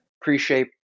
pre-shape